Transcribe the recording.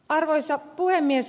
arvoisa puhemies